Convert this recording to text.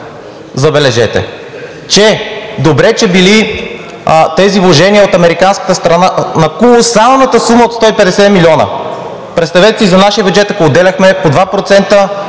забележете: „Добре, че били тези вложения от американската страна на колосалната сума от 150 милиона – представете си за нашия бюджет, ако отделяхме по 2%,